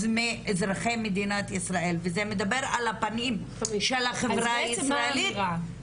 מאזרחי מדינת ישראל וזה מדבר על הפנים של החברה הישראלית,